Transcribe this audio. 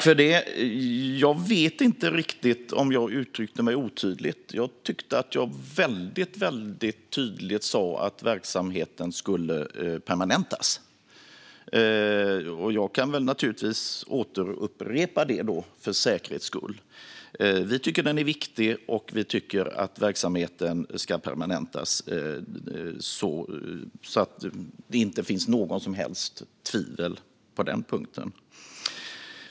Fru talman! Jag vet inte om jag uttryckte mig otydligt. Jag tyckte att jag väldigt tydligt sa att verksamheten skulle permanentas. Jag kan naturligtvis upprepa det för säkerhets skull: Vi tycker att den är viktig, och vi tycker att verksamheten ska permanentas. Det ska inte finnas något som helst tvivel på den punkten.